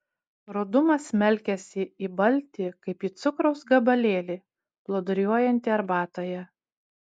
rudumas smelkiasi į baltį kaip į cukraus gabalėlį plūduriuojantį arbatoje